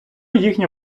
їхня